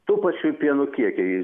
tų pačių pieno kiekiai